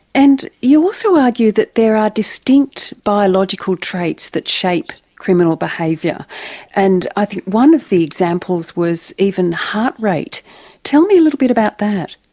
and you also argue that there are distinct biological traits that shape criminal behaviour and i think one of the examples was even heart rate tell me a little bit about that?